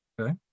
okay